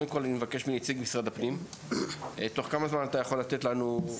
קודם כל אני מבקש מנציג משרד הפנים: תוך כמה זמן אתה יכול לתת לנו?